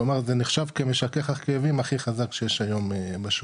כלומר זה נחשב כמשכך הכאבים הכי חזק שיש היום בשוק,